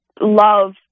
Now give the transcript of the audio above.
love